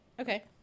Okay